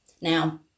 Now